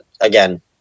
again